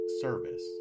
service